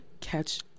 catch